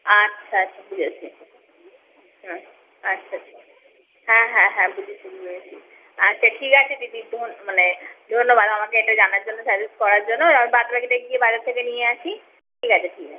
আচ্ছা আচ্ছা বুঝেছি হুম আচ্ছা আচ্ছা হ্যাঁ হ্যাঁ হ্যাঁ বুঝেছি বুঝেছি আচ্ছা ঠিক আছে দিদি তো মানে ধন্যবাদ আমাকে এটা জানার জন্য সাজেস্ট করার জন্য আর আমি বাদবাকিটা গিয়ে বাজার থেকে নিয়ে আসি ঠিক আছে ঠিক আছে